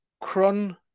Cron